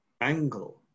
angle